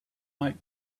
might